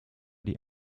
die